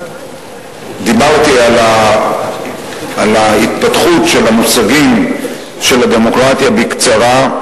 שדיברתי על ההתפתחות של המושגים של הדמוקרטיה בקצרה,